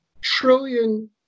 trillion